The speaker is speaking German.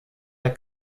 der